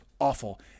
Awful